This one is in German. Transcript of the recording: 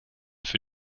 für